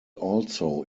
also